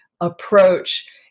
approach